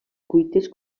cuites